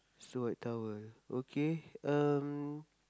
so white towel okay um